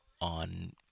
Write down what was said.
on